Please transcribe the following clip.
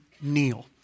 kneel